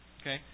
Okay